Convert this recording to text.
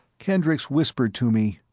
kendricks whispered to me,